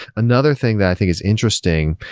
another thing that i think is interesting,